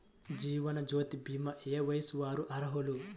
జీవనజ్యోతి భీమా ఏ వయస్సు వారు అర్హులు?